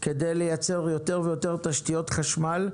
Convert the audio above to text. כדי לייצר יותר ויותר תשתיות חשמל,